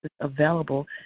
available